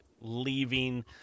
leaving